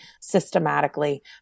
systematically